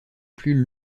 plus